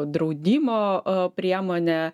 draudimo priemonę